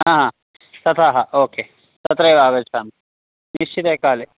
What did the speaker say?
हा तत्र ओके तत्रैव आगच्छामि निश्चिते काले